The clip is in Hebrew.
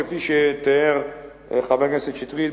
כפי שתיאר חבר הכנסת שטרית,